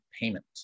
payment